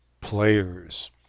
players